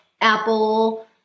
Apple